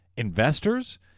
investors